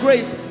Grace